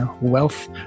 wealth